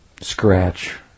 scratch